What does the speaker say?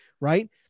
Right